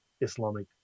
Islamic